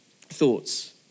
thoughts